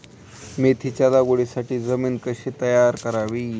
मेथीच्या लागवडीसाठी जमीन कशी तयार करावी?